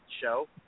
show